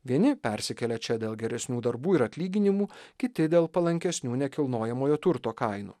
vieni persikėlė čia dėl geresnių darbų ir atlyginimų kiti dėl palankesnių nekilnojamojo turto kainų